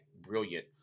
brilliant